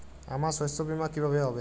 আমার শস্য বীমা কিভাবে হবে?